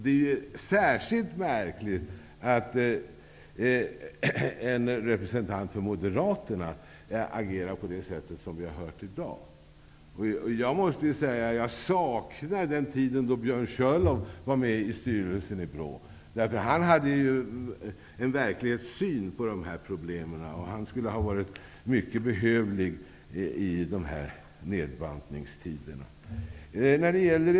Det är särskilt märkligt att en representant för Moderaterna agerar på det sätt som vi har hört i dag. Jag måste säga att jag saknar den tiden då Björn Körlof var med i styrelsen för BRÅ. Han hade ju en verklighetssyn på de här problemen, och han skulle ha varit mycket behövlig i dessa nedbantningstider.